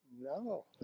No